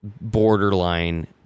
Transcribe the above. borderline